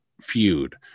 feud